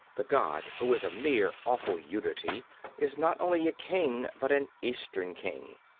the god who is a mere awful unity is not only a king but an eastern king.